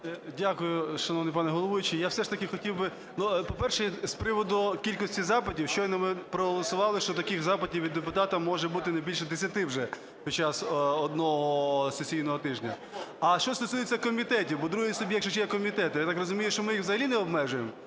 Дякую, шановний пане головуючи. Я все ж таки хотів би, по-перше, з приводу кількості запитів. Щойно ми проголосували, що таких запитів від депутата може бути не більше 10 вже під час одного сесійного тижня. А що стосується комітетів, бо другий суб'єкт, ще є комітети. Я так розумію, що ми їх взагалі не обмежуємо?